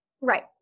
Right